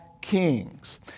kings